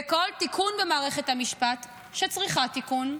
וכל תיקון במערכת המשפט, שצריכה תיקון,